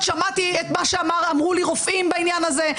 שמעתי את מה שאמרו לי רופאים בעניין הזה,